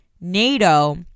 NATO